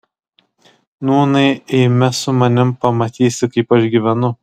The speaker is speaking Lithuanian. nūnai eime su manimi pamatysi kaip aš gyvenu